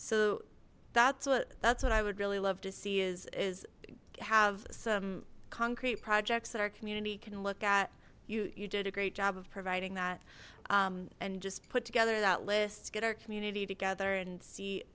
so that's what that's what i would really love to see is is have some concrete projects that our community can look at you you did a great job of providing that and just put together that list get our community together and see